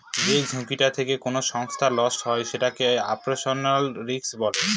যে ঝুঁকিটা থেকে কোনো সংস্থার লস হয় সেটাকে অপারেশনাল রিস্ক বলে